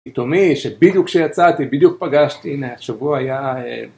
פתאומי שבדיוק כשיצאתי בדיוק פגשתי, הנה השבוע היה